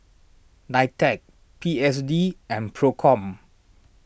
Nitec P S D and Procom